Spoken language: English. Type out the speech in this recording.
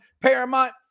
Paramount